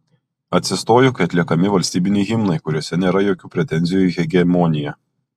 atsistoju kai atliekami valstybiniai himnai kuriuose nėra jokių pretenzijų į hegemoniją